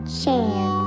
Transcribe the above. chance